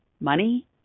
money